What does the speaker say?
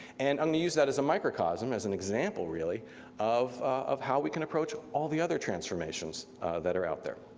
and i'm gonna use that as a microcosm, an example really of of how we can approach all the other transformations that are out there.